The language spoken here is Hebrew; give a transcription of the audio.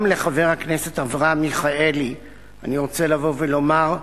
גם לחבר הכנסת אברהם מיכאלי אני רוצה לבוא ולומר: